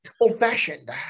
old-fashioned